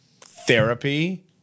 therapy